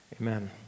amen